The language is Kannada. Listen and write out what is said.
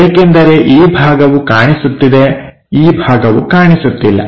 ಏಕೆಂದರೆ ಈ ಭಾಗವು ಕಾಣಿಸುತ್ತಿದೆ ಈ ಭಾಗವು ಕಾಣಿಸುತ್ತಿಲ್ಲ